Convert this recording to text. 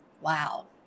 wow